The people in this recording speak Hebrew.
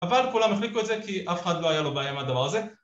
אבל כולם החליקו את זה, כי אף אחד לא היה לו בעיה עם הדבר הזה